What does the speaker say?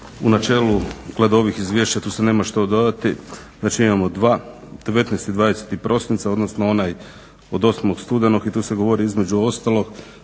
U načelu glede ovih izvješća tu se nema što dodati. Znači imamo dva, 19. i 20. prosinca, odnosno onaj od 8. studenog i tu se govori između ostalog